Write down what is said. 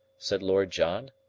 said lord john.